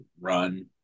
run